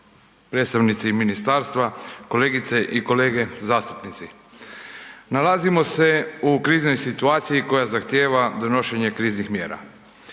predstavnici ministarstva, kolegice i kolege zastupnici. Nalazimo se u kriznoj situaciji koja zahtijeva donošenje kriznih mjera.